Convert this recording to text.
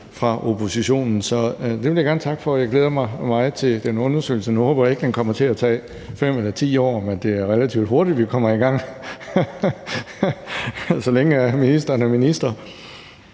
ned ad brættet – så det vil jeg gerne takke for. Jeg glæder mig meget til den undersøgelse, og nu håber jeg ikke, at den kommer til at tage 5 eller 10 år, men at det er relativt hurtigt, vi kommer i gang, så længe ministeren er minister.